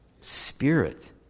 Spirit